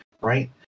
right